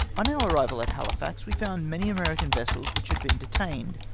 on our arrival at hahfax we found many american vessels which had been detained,